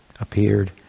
appeared